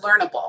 learnable